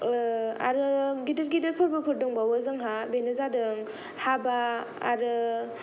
आरो गिदिर गिदिर फोरबोफोर दंबावो जोंहा बेनो जादों हाबा आरो